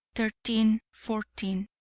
thirteen, fourteen.